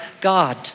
God